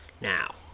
Now